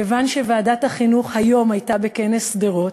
כיוון שוועדת החינוך היום הייתה בכנס שדרות,